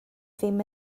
ddim